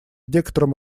некотором